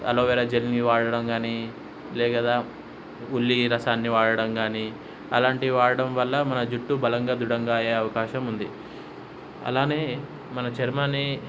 aloe vera జల్ని వాడడం కాని లే కదా ఉల్లి రసాన్ని వాడడం కాని అలాంటివి వాడడం వల్ల మన జుట్టు బలంగా దృఢంగా అయ్యే అవకాశం ఉంది అలానే మన చర్మాన్ని